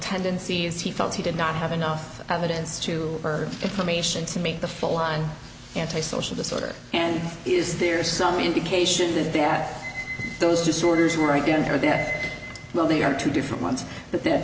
tendencies he felt he did not have enough evidence to earth information to make the full on antisocial disorder and is there some indication that that those disorders where i didn't hear them well they are two different ones that th